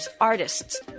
artists